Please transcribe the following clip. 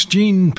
Gene